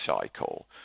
cycle